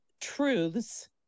truths